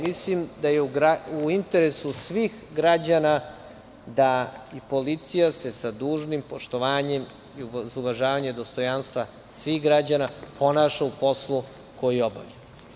Mislim da je u interesu svih građana da se policija sa dužnim poštovanjem i sa uvažavanjem dostojanstva svih građana ponaša u poslu koji obavlja.